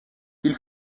ils